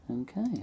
Okay